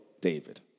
David